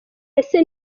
ese